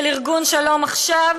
של ארגון שלום עכשיו,